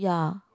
ya